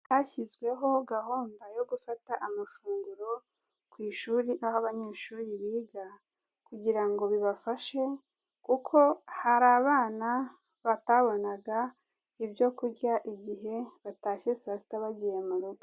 Hashyizweho gahunda yo gufata amafunguro ku ishuri aho abanyeshuri biga kugira ngo bibafashe, kuko hari abana batabonaga ibyo kurya igihe batashye saa sita bagiye mu rugo.